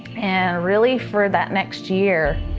and really for that next year,